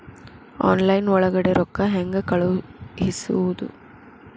Online ಒಳಗಡೆ ರೊಕ್ಕ ಹೆಂಗ್ ಕಳುಹಿಸುವುದು?